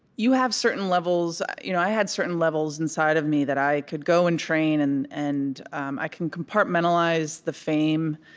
you have certain levels you know i had certain levels inside of me that i could go and train, and and um i can compartmentalize the fame.